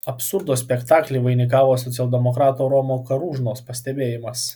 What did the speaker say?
absurdo spektaklį vainikavo socialdemokrato romo karūžnos pastebėjimas